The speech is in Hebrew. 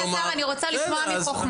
אני מתנצלת אדוני השר, אני רוצה לשמוע מחוכמתך.